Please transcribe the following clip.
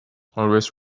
always